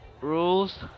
Rules